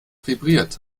vibriert